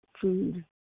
food